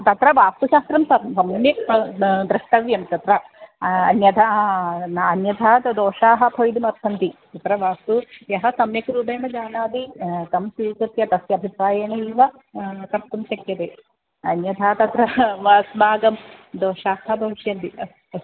तत्र वास्तुशास्त्रं सम्यक् द्रष्टव्यं तत्र अन्यथा अन्यथा तु दोषाः भवितुमर्हन्ति तत्र वास्तु यः सम्यक् रूपेण जानाति तं स्वीकृत्य तस्य अभिप्रायेणैव कर्तुं शक्यते अन्यथा तत्र अस्माकं दोषाः भविष्यन्ति अस्तु